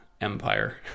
empire